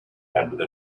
under